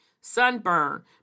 Sunburn